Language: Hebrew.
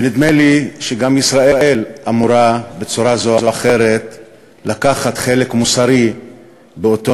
ונדמה לי שגם ישראל אמורה בצורה זו או אחרת לקחת חלק מוסרי באותו